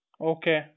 Okay